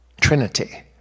Trinity